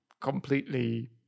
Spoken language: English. Completely